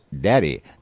daddy